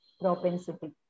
propensity